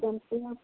टेम्पुए